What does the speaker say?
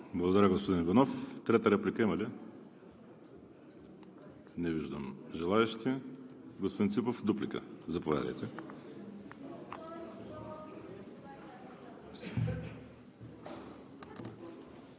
Благодаря, господин Иванов. Трета реплика има ли? Не виждам желаещи. Господин Ципов, заповядайте